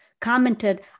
commented